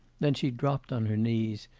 then she dropped on her knees,